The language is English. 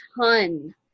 ton